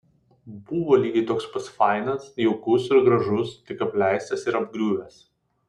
buvo lygiai toks pat fainas jaukus ir gražus tik apleistas ir apgriuvęs